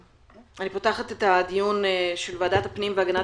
אני פותחת את הדיון של ועדת הפנים והגנת